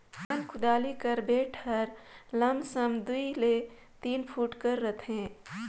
नान कोड़ी कर बेठ हर लमसम दूई ले तीन फुट कर रहथे